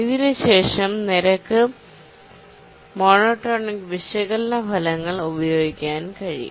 ഇതിനുശേഷം rate monotonic വിശകലന ഫലങ്ങൾ ഉപയോഗിക്കാൻ കഴിയും